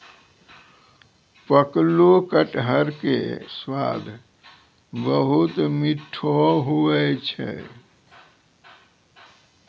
पकलो कटहर के स्वाद बहुत मीठो हुवै छै